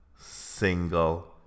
single